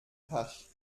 pasch